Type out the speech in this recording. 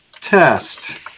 Test